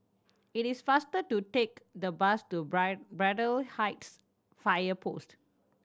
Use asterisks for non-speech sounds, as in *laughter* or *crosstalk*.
it is faster to take the bus to *unintelligible* Braddell Heights Fire Post